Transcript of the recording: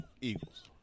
Eagles